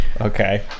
Okay